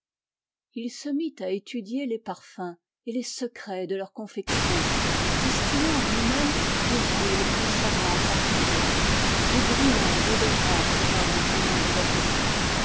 il se mit à étudier les parfums et les secrets de leur confection distillant lui-même des huiles puissamment parfumées ou brûlant d'odorantes gommes venant de l'orient